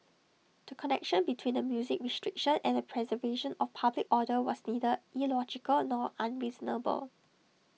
the connection between the music restriction and the preservation of public order was neither illogical nor unreasonable